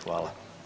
Hvala.